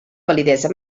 validesa